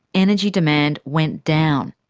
energy demand went down.